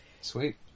sweet